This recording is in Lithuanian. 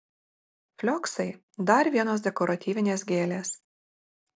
flioksai dar vienos dekoratyvinės gėlės